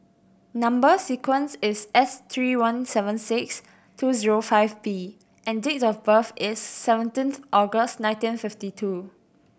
number sequence is S three one seven six two zero five B and date of birth is seventeenth August nineteen fifty two